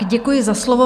Děkuji za slovo.